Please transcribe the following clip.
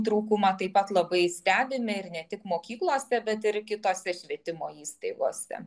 trūkumą taip pat labai stebime ir ne tik mokyklose bet ir kitose švietimo įstaigose